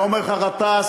הוא היה אומר לך: גטאס,